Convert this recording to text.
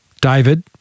David